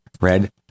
Red